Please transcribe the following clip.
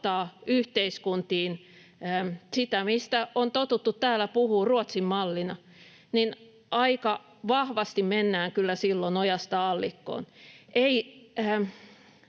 yhteiskuntiin sitä, mistä on totuttu täällä puhumaan Ruotsin mallina, niin aika vahvasti mennään kyllä silloin ojasta allikkoon.